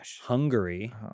Hungary